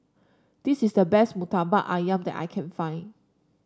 this is the best murtabak ayam that I can find